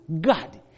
God